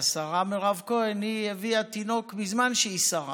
השרה מירב כהן הביאה תינוק בזמן שהיא שרה,